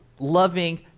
loving